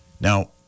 Now